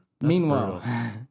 Meanwhile